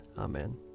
Amen